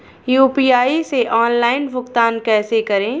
UPI से online भुगतान कैसे करें?